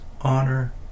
honor